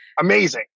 amazing